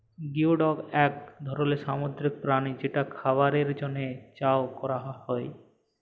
geoduck এক ধরলের সামুদ্রিক প্রাণী যেটা খাবারের জন্হে চাএ ক্যরা হ্যয়ে